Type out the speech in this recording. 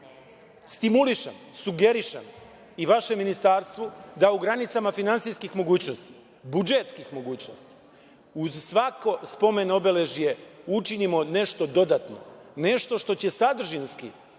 stimulišem, sugerišem i vašem ministarstvu da u granicama finansijskih mogućnosti, budžetskih mogućnosti, uz svako spomen obeležje učinimo nešto dodatno, nešto što će sadržinski